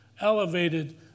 elevated